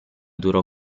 durò